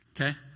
okay